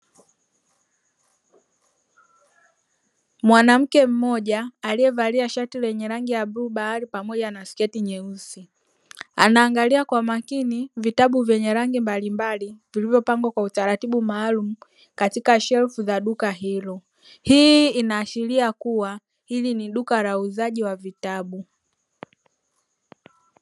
Mwanamke mmoja aliyevalia shati lenye rangi ya bluu bahari pamoja na sketi nyeusi, anaangalia kwa makini vitabu vyenye rangi mbalimbali, vilivyopangwa kwa utaratibu maalumu katika shelfu za duka hilo, hii inaashiria kuwa ili ni duka la uuzaji wa vitabu.